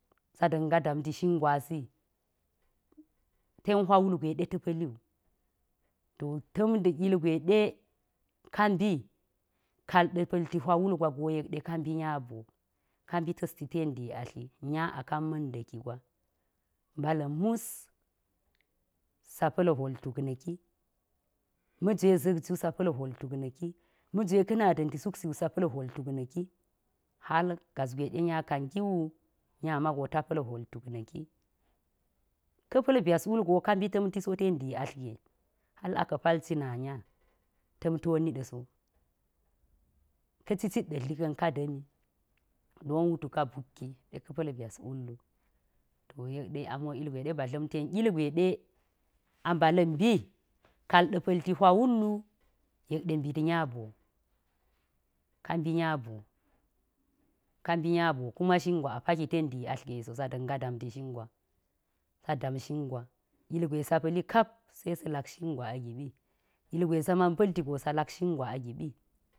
Sa̱ da̱nga daamti shin gwasi ten hwa wul gwe ɗe ta̱ pa̱li to ta̱m ilgwe ɗe ka mbi kaalɗa̱ pa̱lti hwa wul gwa go yek ɗe kaa mbi nya boo ka mbi ta̱sti ten dii atli nya kan manda̱ki gwa. Mbala̱n mus sa pa̱l hwol tuk na̱ki ma̱jwe za̱k ju sa pa̱l hwol tuk na̱ki, ma̱jwe ka̱ na daamti suksi ju sa pa̱l hwol tuk na̱ki, hal gas gwe ɗe nya kanti wu nya ma wu ta pa̱l hwol tuk na̱ki. Ka̱ pa̱l byas wul go ka mbi ta̱mti so ten dii atl ge hal aka̱ pal cina nya ta̱mti wo niɗa̱ so. Ka̱ cicit ɗa̱ dli ka̱n ka da̱mi don wutu ka bukki ɗe ka̱ pa̱l byas wullu. To, yek ɗe a mo dla̱m ten ilgwe ɗe a mbala̱n mbi kaal ɗa̱ pa̱lti hwa wul, yek ɗe mbit nya boo. Ka mbi nya boo, ka mbi nya boo ka mbi nya boo kuma shin gwa a paki ten dii atl ge so sa da̱nga daamti shin gwa, ilgwe sa pa̱li kap sa da̱nga daamti shin gwa a giɓi ilgwe sa man pa̱lti se sa̱ lak shin gwa a giɓi.